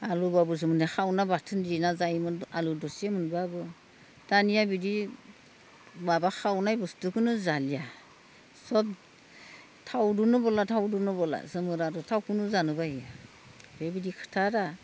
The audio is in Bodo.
आलुबाबो जोंनिया खावना बाथोन देना जायोमोन आलु दरसे मोनबाबो दानिया बिदि माबा खावनाय बुस्तुखौनो जालिया सब थावजोंनो बला थावदोनो बला जों आरो थावखोनो जानो बायो बेबायदि खोथा रा